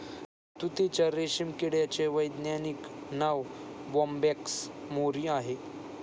तुतीच्या रेशीम किड्याचे वैज्ञानिक नाव बोंबॅक्स मोरी आहे